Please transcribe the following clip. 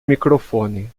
microfone